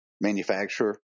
manufacturer